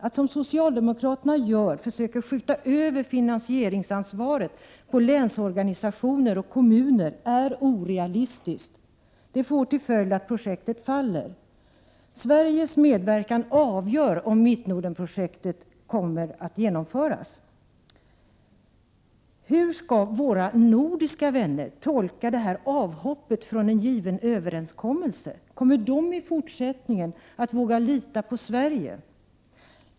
Att försöka skjuta över finansieringsansvaret, som socialdemokraterna gör, på länsorgan och kommuner är orealistiskt. Det leder bara till att det inte blir något av projektet. Sveriges medverkan är avgörande för genomförandet av Mittnordenprojektet. Hur skall våra nordiska vänner tolka avhoppet när det gäller denna överenskommelse? Kommer de i fortsättningen att våga lita på Sverige?